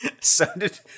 sounded